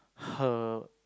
her